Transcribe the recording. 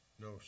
no